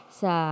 sa